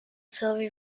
sylvie